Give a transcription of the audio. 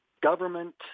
government